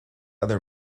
other